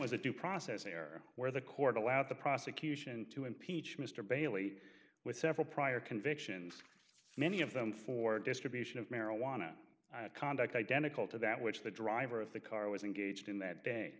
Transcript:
a due process there where the court allowed the prosecution to impeach mr bailey with several prior convictions many of them for distribution of marijuana conduct identical to that which the driver of the car was engaged in that day